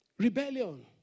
Rebellion